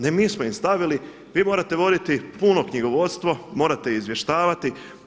Ne mi smo im stavili, vi morate voditi puno knjigovodstvo, morate izvještavati.